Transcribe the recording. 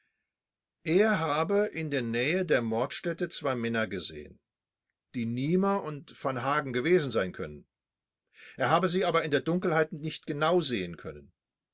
er habe in der nähe der mordstätte zwei männer gesehen die niemer und v hagen gewesen sein können er habe sie aber in der dunkelheit nicht genau sehen können